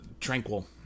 Tranquil